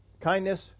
Kindness